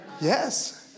Yes